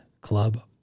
club